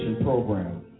program